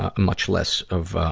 ah much less of, ah,